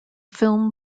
film